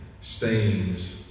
Stains